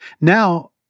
Now